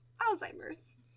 Alzheimer's